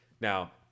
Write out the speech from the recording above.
Now